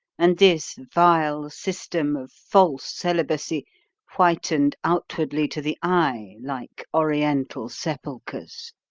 and this vile system of false celibacy whitened outwardly to the eye like oriental sepulchres